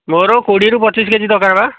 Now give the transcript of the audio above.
ମୋର କୋଡ଼ିଏରୁ ପଚିଶ କେଜି ଦରକାର ବା